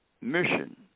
mission